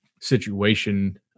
situation